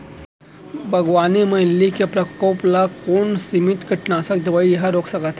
बागवानी म इल्ली के प्रकोप ल कोन सीमित कीटनाशक दवई ह रोक सकथे?